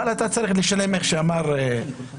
אבל אתה צריך לשלם איך שאמר שמחה,